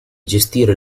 gestire